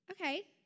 Okay